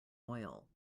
oil